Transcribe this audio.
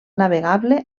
navegable